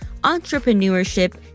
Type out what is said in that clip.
entrepreneurship